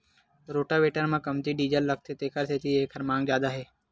rotavator म कमती diesel लागथे तेखर सेती एखर मांग जादा हे